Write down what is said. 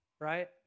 right